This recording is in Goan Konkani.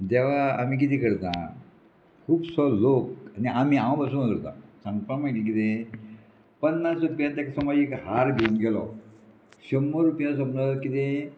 देवा आमी कितें करता खुबसो लोक आनी आमी हांव पासून करता सांगपा म्हयन्या कितें पन्नास रुपया ताका समज एक हार घेवन गेलो शंबर रुपया समज किदें